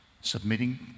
submitting